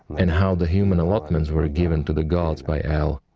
and how the human allotments were given to the gods by el,